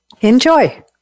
Enjoy